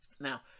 Now